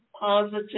positive